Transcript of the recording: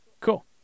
Cool